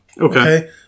Okay